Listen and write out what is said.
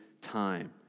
time